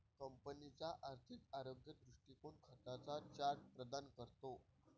कंपनीचा आर्थिक आरोग्य दृष्टीकोन खात्यांचा चार्ट प्रदान करतो